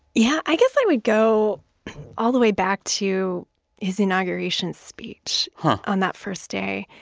yeah. i guess i would go all the way back to his inauguration speech on that first day.